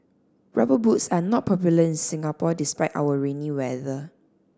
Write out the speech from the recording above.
rubber boots are not popular in Singapore despite our rainy weather